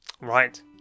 Right